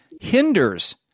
hinders